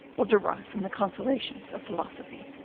will derive from the consolations of philosophy.